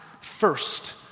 first